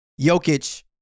Jokic